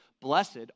blessed